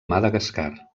madagascar